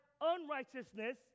unrighteousness